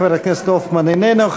חבר הכנסת הופמן איננו.